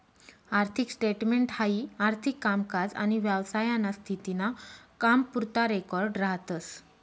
आर्थिक स्टेटमेंट हाई आर्थिक कामकाज आनी व्यवसायाना स्थिती ना कामपुरता रेकॉर्ड राहतस